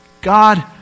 God